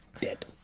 dead